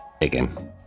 again